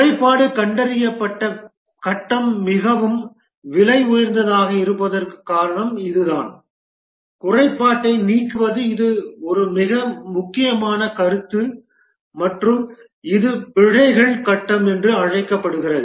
குறைபாடு கண்டறியப்பட்ட கட்டம் மிகவும் விலையுயர்ந்ததாக இருப்பதற்கான காரணம் இதுதான் குறைபாட்டை நீக்குவது இது ஒரு மிக முக்கியமான கருத்து மற்றும் இது பிழைகள் கட்டம் என அழைக்கப்படுகிறது